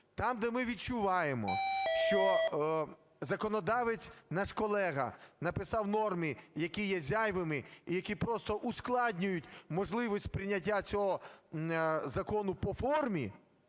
Там, де ми відчуваємо, що законодавець, наш колега, написав норми, які є зайвими і які просто ускладнюють можливість прийняття цього закону по формі,